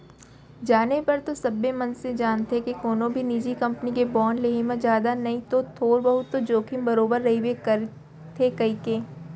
जाने बर तो सबे मनसे जानथें के कोनो भी निजी कंपनी के बांड लेहे म जादा नई तौ थोर बहुत तो जोखिम बरोबर रइबे करथे कइके